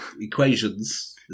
equations